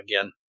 again